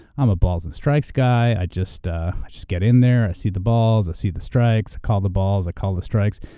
i'm a balls and strikes guy. i just ah just get in there. i see the balls, i see the strikes. call the balls. i call the strikes.